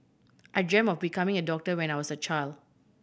I dreamt of becoming a doctor when I was a child